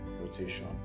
rotation